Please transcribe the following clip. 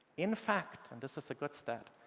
in fact, and this is a good stat,